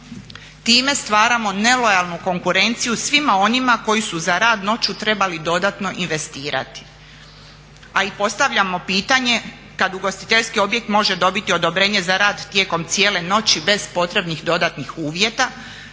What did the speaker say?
Time stvaramo nelojalnu konkurenciju svima onima koji su za rad noću trebali dodatno investirati, a i postavljamo pitanje kad ugostiteljski objekt može dobiti odobrenje za rad tijekom cijele noći bez potrebnih dodatnih uvjeta